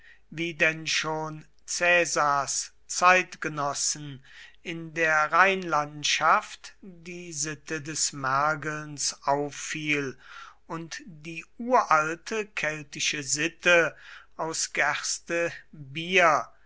wie denn schon caesars zeitgenossen in der rheinlandschaft die sitte des mergelns auffiel und die uralte keltische sitte aus gerste bier